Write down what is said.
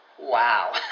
wow